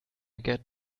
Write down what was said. get